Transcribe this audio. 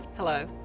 hello,